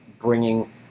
bringing